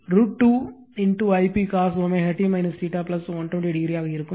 √ 2Ip cos t 120 o ஆக இருக்கும்